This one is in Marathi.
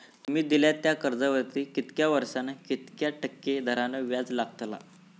तुमि दिल्यात त्या कर्जावरती कितक्या वर्सानी कितक्या टक्के दराने व्याज लागतला?